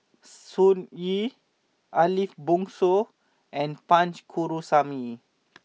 Sun Yee Ariff Bongso and Punch Coomaraswamy